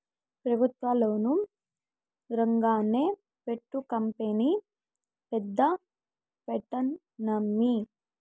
పెబుత్వ లోను రాంగానే పట్టు కంపెనీ పెద్ద పెడ్తానమ్మీ